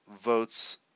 votes